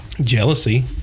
jealousy